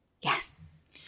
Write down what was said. Yes